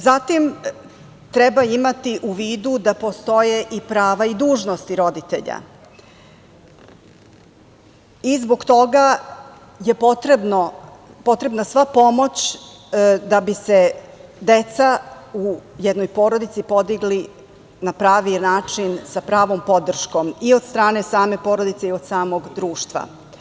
Zatim, treba imati u vidu da postoje i prava i dužnosti roditelja i zbog toga je potrebna sva pomoć da bi se deca u jednoj porodici podigla na pravi način sa pravom podrškom i od strane same porodice i od samog društva.